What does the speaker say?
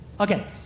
Okay